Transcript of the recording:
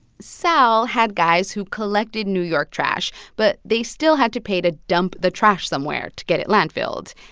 sal had guys who collected new york trash, but they still had to pay to dump the trash somewhere to get it landfilled.